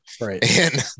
right